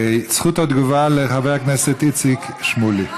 זכות התגובה לחבר הכנסת איציק שמולי.